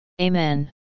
Amen